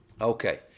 Okay